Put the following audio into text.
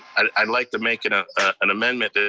i'd like to make an ah an amendment ah